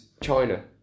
China